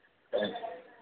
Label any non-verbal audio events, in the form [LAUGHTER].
[UNINTELLIGIBLE]